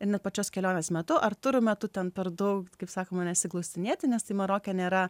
ir net pačios kelionės metu ar turų metu ten per daug kaip sakoma nesiglaustinėti nes tai maroke nėra